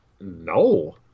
no